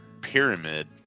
pyramid